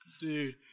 Dude